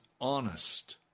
honest